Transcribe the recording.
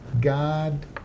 God